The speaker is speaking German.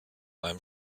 einem